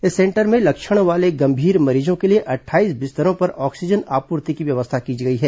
इस सेंटर में लक्षण वाले गंभीर मरीजों के लिए अट्ठाईस बिस्तरों पर ऑक्सीजन आपूर्ति की व्यवस्था की गई है